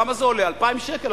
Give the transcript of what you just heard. כמה זה עולה, 2,000 שקל?